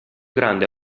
grande